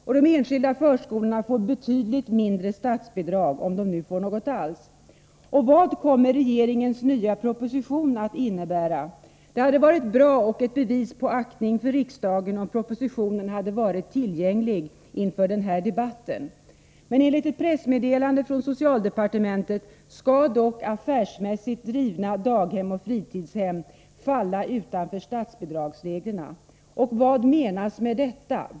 De enskilda förskolorna får betydligt mindre statsbidrag — om de nu får något alls. Vad kommer regeringens nya proposition att innebära? Det hade varit bra och ett bevis på aktning för riksdagen om propositionen hade varit tillgänglig inför den här debatten. Men enligt ett pressmeddelande från socialdepartementet skall affärsmässigt drivna daghem och fritidshem falla utanför statsbidragsreglerna. Vad menas med detta?